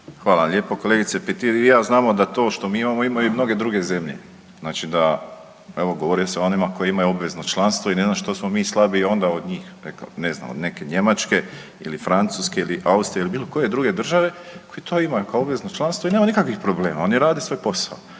vam lijepo kolegice Petir. Vi i ja znamo da to što mi imamo imaju i mnoge druge zemlje. Znači da, evo govori se o onima koji imaju obvezno članstvo i ne znam što smo mi slabiji od neke Njemačke ili Francuske ili Austrije ili bilo koje druge države. To imaju kao obvezno članstvo i nema nikakvih problema. Oni rade svoj posao.